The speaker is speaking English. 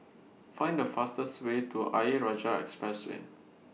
Find The fastest Way to Ayer Rajah Expressway